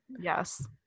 Yes